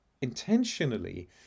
intentionally